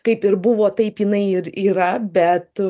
kaip ir buvo taip jinai ir yra bet